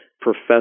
professor